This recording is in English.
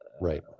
Right